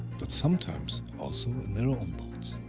but sometimes also in their own boats.